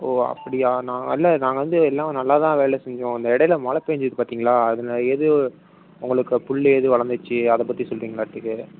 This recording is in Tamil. ஓ அப்படியா நான் இல்லை நாங்கள் வந்து எல்லாம் நல்லா தான் வேலை செஞ்சோம் இந்த இடையில மழை பேஞ்சுது பார்த்தீங்களா அதில் எது உங்களுக்கு புல் எதுவும் வளர்ந்துச்சி அதை பற்றி சொல்கிறீங்களாட்டுக்கு